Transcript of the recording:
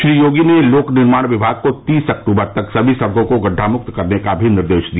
श्री योगी ने लोक निर्माण विभाग को तीस अक्टूबर तक सभी सड़कों को गड़ढामुक्त करने का निर्देश भी दिया